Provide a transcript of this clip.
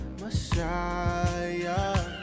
Messiah